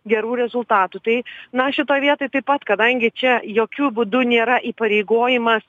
gerų rezultatų tai na šitoj vietoj taip pat kadangi čia jokiu būdu nėra įpareigojimas